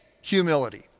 Humility